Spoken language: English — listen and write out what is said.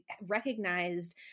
recognized